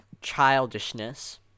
childishness